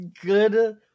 Good